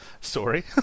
Sorry